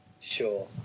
sure